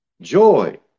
Joy